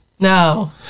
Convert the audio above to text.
No